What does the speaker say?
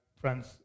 friends